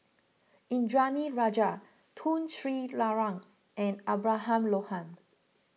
Indranee Rajah Tun Sri Lanang and Abraham Lohaned